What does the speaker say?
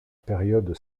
période